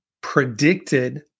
predicted